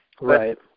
right